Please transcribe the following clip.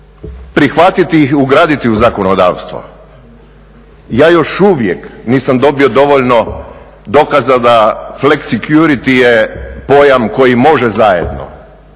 prihvatiti ih i ugraditi u zakonodavstvo. Ja još uvijek nisam dobio dovoljno dokaza da flex security je pojam koji može zajedno,